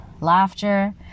laughter